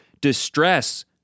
distress